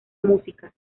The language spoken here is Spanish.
música